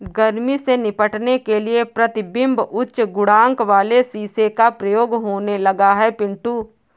गर्मी से निपटने के लिए प्रतिबिंब उच्च गुणांक वाले शीशे का प्रयोग होने लगा है पिंटू